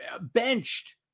benched